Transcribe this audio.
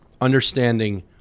understanding